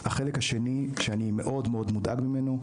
החלק השני שאני מאוד מודאג ממנו,